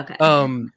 Okay